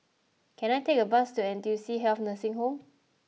can I take a bus to N T U C Health Nursing Home